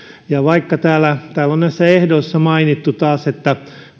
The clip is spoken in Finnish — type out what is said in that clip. täällä täällä näissä ehdoissa on mainittu taas että